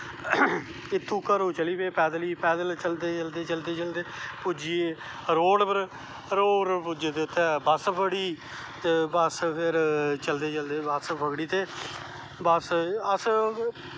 इत्थूं घरों चली पे पैद्दल गै पैद्दल चलदे चलदे पुज्जी गे रोड़ पर रोड़ पर पुज्जे ते उत्थें बस फड़ी बस फिर चलदे चलदे बस फगड़ी ते बस अस